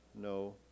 no